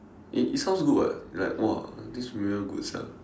it it sounds good [what] like !wah! this mirror good sia